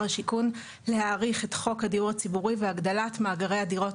השיכון להאריך את חוק הדיור הציבורי והגדלת מאגרי הדירות